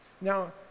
Now